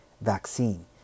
vaccine